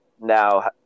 now